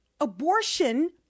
abortion